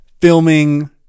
filming